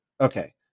Okay